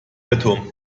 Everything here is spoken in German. irrtum